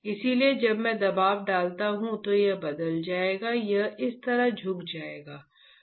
इसलिए जब मैं दबाव डालता हूं तो यह बदल जाएगा यह इस तरह झुक जाएगा